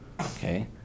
Okay